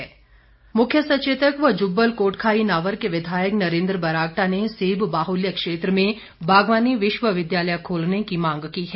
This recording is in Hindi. बरागटा मुख्य सचेतक व जुब्बल कोटखाई नावर के विधायक नरेन्द्र बरागटा ने सेब बाहुल्य क्षेत्र में बागवानी विश्वविद्यालय खोलने की मांग की है